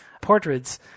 portraits